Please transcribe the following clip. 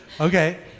Okay